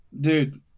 Dude